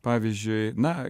pavyzdžiui na